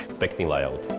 like the layout.